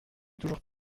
toujours